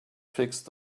fixed